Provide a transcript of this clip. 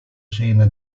scena